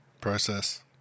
Process